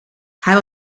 hij